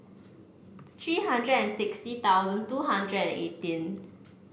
three hundred and sixty thousand two hundred and eighteen